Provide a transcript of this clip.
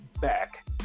back